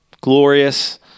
glorious